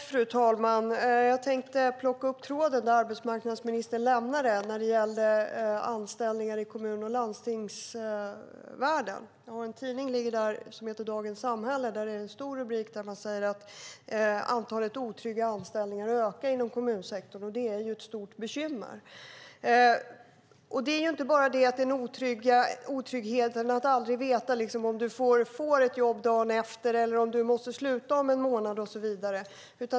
Fru talman! Jag tänkte plocka upp tråden där arbetsmarknadsministern lämnade den när det gäller anställningar inom kommun och landstingsvärlden. Jag har en tidning som ligger här som heter Dagens Samhälle med en stor rubrik som säger att antalet otrygga anställningar ökar inom kommunsektorn och att det är ett stort bekymmer. Det är inte bara otryggheten att aldrig veta om du får ett jobb dagen efter, om du måste sluta om en månad och så vidare.